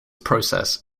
process